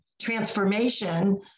transformation